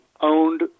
owned